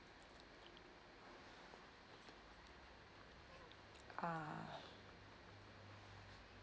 uh